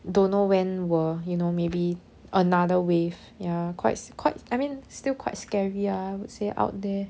don't know when will you know maybe another wave ya quite quite I mean still quite scary ah I would say out there